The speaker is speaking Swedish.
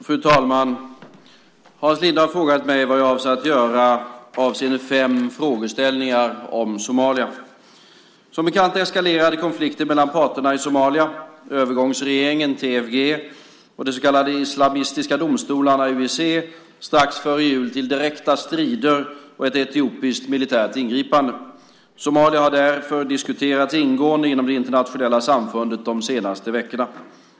Fru talman! Hans Linde har frågat mig vad jag avser att göra avseende fem frågeställningar om Somalia. Som bekant eskalerade konflikten mellan parterna i Somalia, övergångsregeringen och de så kallade islamistiska domstolarna , strax före jul till direkta strider och ett etiopiskt militärt ingripande. Somalia har därför diskuterats ingående inom det internationella samfundet de senaste veckorna.